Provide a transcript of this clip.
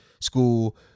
school